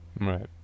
right